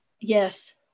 Yes